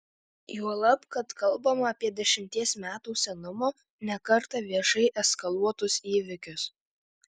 juolab kad kalbama apie dešimties metų senumo ne kartą viešai eskaluotus įvykius